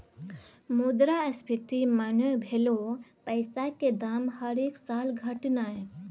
मुद्रास्फीति मने भलौ पैसाक दाम हरेक साल घटनाय